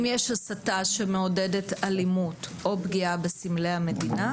אם יש הסתה שמעודדת אלימות או פגיעה בסמלי המדינה,